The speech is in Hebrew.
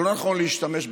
שלא נכון להשתמש בכלי,